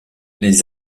les